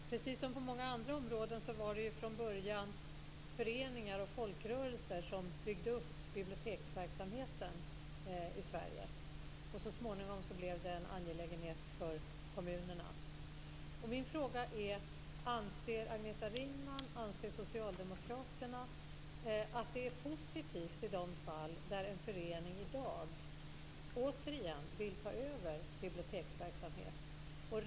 Fru talman! Precis som på många andra områden var det från början föreningar och folkrörelser som byggde upp biblioteksverksamheten i Sverige. Så småningom blev det en angelägenhet för kommunerna. Min fråga är om Agneta Ringman och socialdemokraterna anser att det är positivt om en förening i dag återigen vill ta över biblioteksverksamhet.